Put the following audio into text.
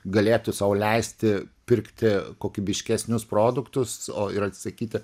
galėtų sau leisti pirkti kokybiškesnius produktus o ir atsisakyti